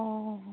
অঁ